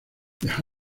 the